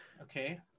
okay